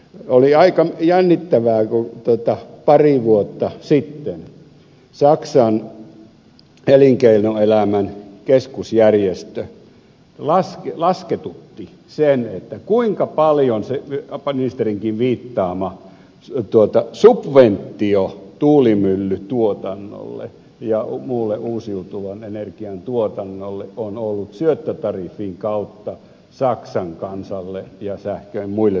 oli aika jännittävää kun pari vuotta sitten saksan elinkeinoelämän keskusjärjestö lasketutti sen kuinka paljon se ministerinkin viittaama subventio tuulimyllytuotannolle ja muulle uusiutuvan energian tuotannolle on ollut syöttötariffin kautta saksan kansalle ja muille sähkön käyttäjille